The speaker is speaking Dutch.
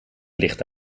licht